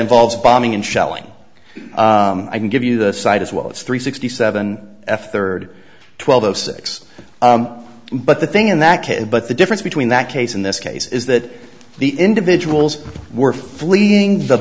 involves bombing and shelling i can give you the site as well it's three sixty seven f third twelve o six but the thing in that case but the difference between that case in this case is that the individuals were fleeing the